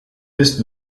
est